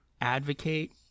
advocate